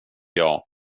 jag